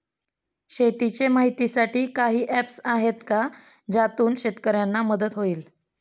शेतीचे माहितीसाठी काही ऍप्स आहेत का ज्यातून शेतकऱ्यांना मदत होईल?